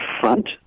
front